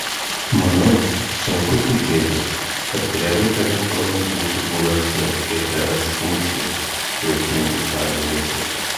manau sunku tikėtis kad grego telefonas būtų buvęs su gps funkcija viltingai tarė liza